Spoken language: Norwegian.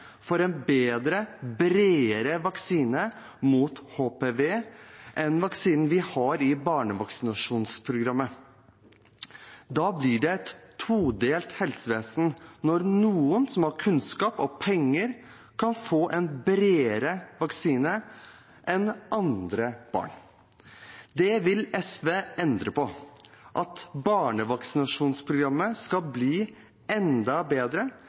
for en bedre, bredere vaksine mot HPV enn vaksinen vi har i barnevaksinasjonsprogrammet. Det blir et todelt helsevesen når noen som har kunnskap og penger, kan få en bredere vaksine enn andre barn. Det vil SV endre på. SV vil at barnevaksinasjonsprogrammet skal bli enda bedre